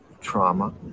trauma